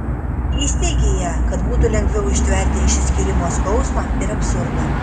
įsiteigei ją kad būtų lengviau ištverti išsiskyrimo skausmą ir absurdą